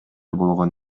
болгон